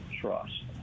trust